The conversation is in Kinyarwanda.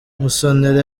musonera